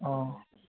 অঁ